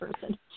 person